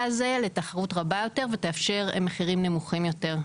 הזה לתחרות רבה יותר ותאפשר מחירים נמוכים יותר.